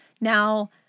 Now